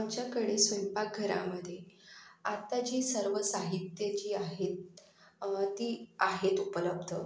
आमच्याकडे स्वयंपाकघरामध्ये आत्ता जी सर्व साहित्य जी आहेत ती आहेत उपलब्ध